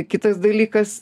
kitas dalykas